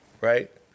right